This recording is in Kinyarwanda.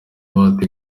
bahati